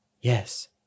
Yes